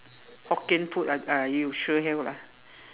Hokkien food ah uh you sure have lah